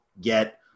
get